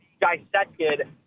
dissected